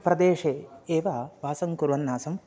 प्रदेशे एव वासं कुर्वन् आसं